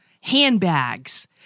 handbags